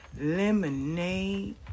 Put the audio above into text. lemonade